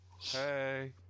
Hey